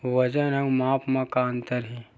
वजन अउ माप म का अंतर हे?